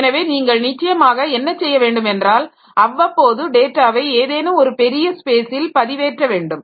எனவே நீங்கள் நிச்சயமாக என்ன செய்ய வேண்டும் என்றால் அவ்வப்போது டேட்டாவை ஏதேனும் ஒரு பெரிய ஸ்பேஸில் பதிவேற்ற வேண்டும்